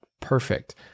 Perfect